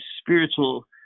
spiritual